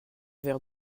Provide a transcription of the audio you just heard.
verre